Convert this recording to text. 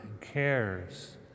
cares